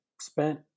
spent